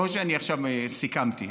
לא שעכשיו סיכמתי.